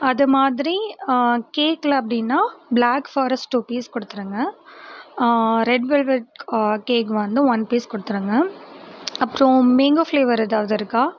அதுமாதிரி கேக்ல அப்படின்னா ப்ளாக் ஃபாரஸ்ட் டூ பீஸ் கொடுத்துருங்க ரெட் வெல்வட் கேக் வந்து ஒன் பீஸ் கொடுத்துருங்க அப்புறோம் மேங்கோ ஃப்ளேவர் ஏதாவது இருக்கா